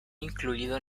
incluido